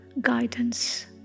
guidance